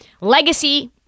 legacy